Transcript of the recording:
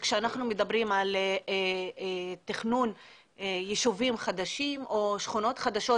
כשאנחנו מדברים על תכנון ישובים חדשים או שכונות חדשות,